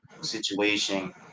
situation